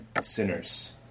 sinners